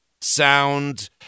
sound